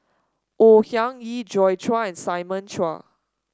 Au Hing Yee Joi Chua and Simon Chua